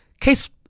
Case